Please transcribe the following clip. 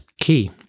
key